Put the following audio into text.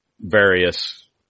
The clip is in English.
various